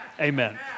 Amen